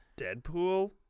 Deadpool